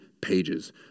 pages